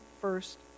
first